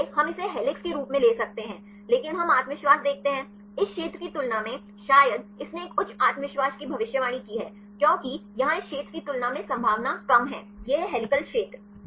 इसलिए हम इसे हेलिक्स के रूप में ले सकते हैं लेकिन हम आत्मविश्वास देखते हैं इस क्षेत्र की तुलना में शायद इसने एक उच्च आत्मविश्वास की भविष्यवाणी की है क्योंकि यहां इस क्षेत्र की तुलना में संभावना कम है यह हेलिकल क्षेत्र